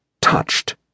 touched